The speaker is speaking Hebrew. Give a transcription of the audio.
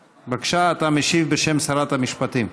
בבקשה, אתה משיב בשם שרת המשפטים.